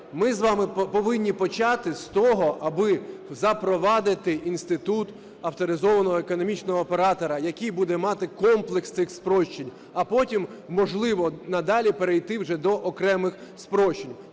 ми з вами повинні почати з того, аби запровадити інститут авторизованого економічного оператора, який буде мати комплекс цих спрощень, а потім можливо надалі перейти вже до окремих спрощень.